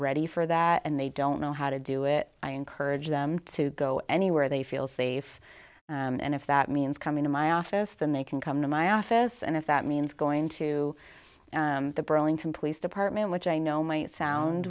ready for that and they don't know how to do it i encourage them to go anywhere they feel safe and if that means coming to my office then they can come to my office and if that means going to the burlington police department which i know might sound